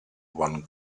one